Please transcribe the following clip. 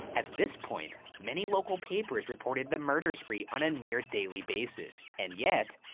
at this point many local papers reported the murder spree on a near daily basis, and yet,